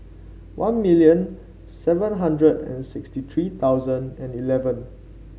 one million seven hundred and sixty three thousand and eleven